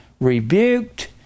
rebuked